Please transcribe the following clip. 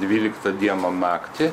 dvyliktą dieną naktį